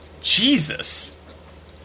Jesus